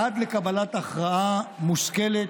עד לקבלת הכרעה מושכלת,